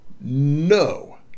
no